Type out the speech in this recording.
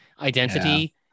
identity